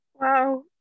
Wow